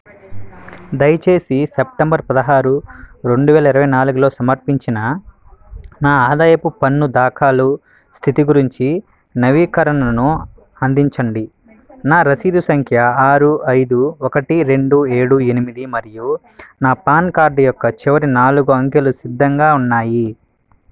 దయచేసి సెప్టెంబర్ పదహారు రెండు వేల ఇరవై నాలుగులో సమర్పించిన నా ఆదాయపు పన్ను దాఖాలు స్థితి గురించి నవీకరణను అందించండి నా రసీదు సంఖ్య ఆరు ఐదు ఒకటి రెండు ఏడు ఎనిమిది మరియు నా పాన్ కార్డు యొక్క చివరి నాలుగు అంకెలు సిద్ధంగా ఉన్నాయి